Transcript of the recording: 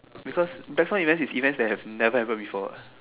because black soil event is events that have never happen before what